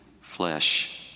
flesh